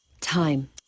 Time